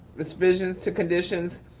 this visions to conditions,